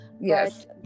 yes